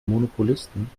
monopolisten